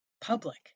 public